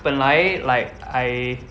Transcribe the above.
本来 like I